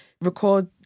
record